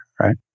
right